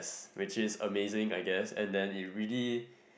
which is amazing I guess and then it really